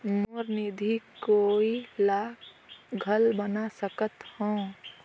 मोर निधि कोई ला घल बना सकत हो?